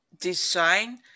design